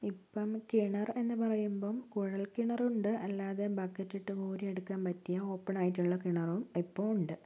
ഇപ്പം കിണർ എന്ന് പറയുമ്പം കുഴൽ കിണറുണ്ട് അല്ലാതെ ബക്കറ്റ് ഇട്ട് കോരിയെടുക്കാൻ പറ്റിയ ഓപ്പൺ ആയിട്ടുള്ള കിണറും ഇപ്പോൾ ഉണ്ട്